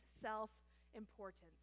self-importance